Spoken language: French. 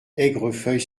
aigrefeuille